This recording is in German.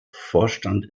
vorstand